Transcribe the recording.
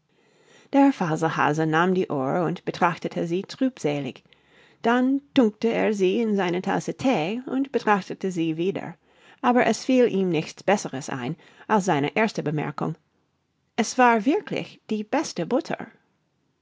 der faselhase nahm die uhr und betrachtete sie trübselig dann tunkte er sie in seine tasse thee und betrachtete sie wieder aber es fiel ihm nichts besseres ein als seine erste bemerkung es war wirklich die beste butter